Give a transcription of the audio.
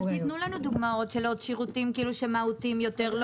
תנו לנו דוגמאות של עוד שירותים שהם מהותיים יותר,